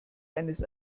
eines